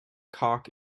cock